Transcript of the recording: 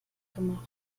gemacht